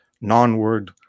non-word